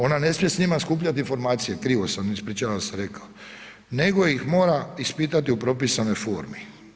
Ona ne smije s njima skupljati informacije, krivo sam, ispričavam se rekao, nego ih mora ispitati u propisanoj formi.